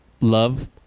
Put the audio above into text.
love